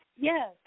Yes